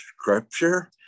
scripture